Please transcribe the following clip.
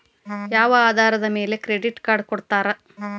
ಯಾವ ಆಧಾರದ ಮ್ಯಾಲೆ ಕ್ರೆಡಿಟ್ ಕಾರ್ಡ್ ಕೊಡ್ತಾರ?